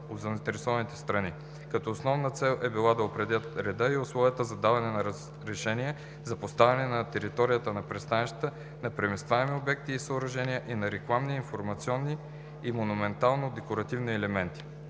от заинтересовани страни, като основната цел е била да се определят реда и условията за даване на разрешение за поставяне на територията на пристанищата на преместваеми обекти и съоръжения и на рекламни, информационни и монументално-декоративни елементи.